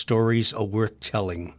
stories a worth telling